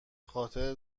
خاطر